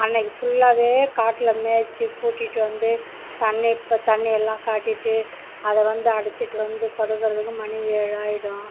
அன்னக்கு ஃபுல்லாகவே காட்டில் மேய்ச்சி கூட்டிகிட்டு வந்து தண்ணி இப்போ தண்ணியெல்லாம் காட்டிவிட்டு அதை வந்து அழைச்சிட்டு வந்து படுக்கிறதுக்கு மணி ஏழாயிவிடும்